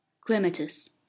Clematis